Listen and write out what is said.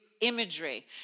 imagery